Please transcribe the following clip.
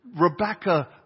Rebecca